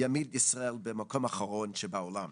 יעמיד את ישראל במקום האחרון בעולם.